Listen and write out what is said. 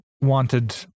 wanted